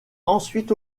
ensuite